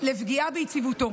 לפגיעה ביציבותו.